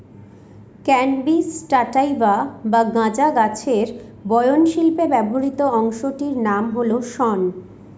cannabis sativa বা গাঁজা গাছের বয়ন শিল্পে ব্যবহৃত অংশটির নাম হল শন